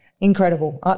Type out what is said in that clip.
Incredible